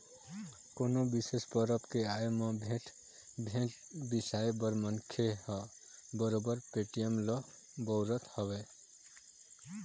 कोनो बिसेस परब के आय म भेंट, भेंट बिसाए बर मनखे ह बरोबर पेटीएम ल बउरत हवय